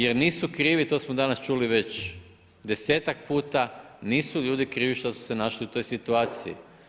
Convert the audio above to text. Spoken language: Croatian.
Jer nisu krivi, to smo danas čuli već 10-ak puta, nisu ljudi krivi što su se našli u toj situaciji.